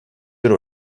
bir